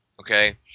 Okay